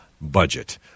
budget